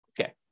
Okay